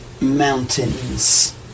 mountains